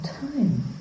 time